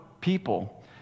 people